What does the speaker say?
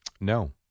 No